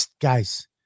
Guys